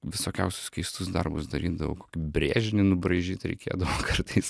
visokiausius keistus darbus darydavau kokį brėžinį nubraižyt reikėdavo kartais